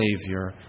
Savior